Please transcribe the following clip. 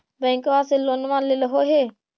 बैंकवा से लोनवा लेलहो हे?